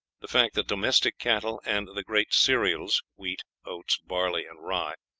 the fact that domestic cattle and the great cereals, wheat, oats, barley, and rye,